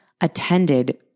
attended